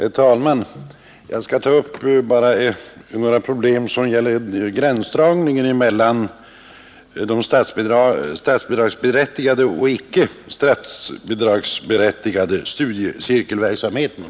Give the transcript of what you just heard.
Herr talman! Jag skall ta upp några problem som gäller gränsdragningen mellan den statsbidragsberättigade och den icke statsbidragsberättigade studiecirkelverksamheten.